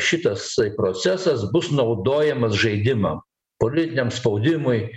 šitas procesas bus naudojamas žaidimam politiniam spaudimui